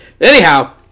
Anyhow